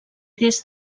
des